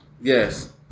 Yes